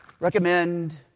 Recommend